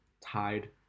tied